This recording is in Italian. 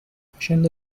facendo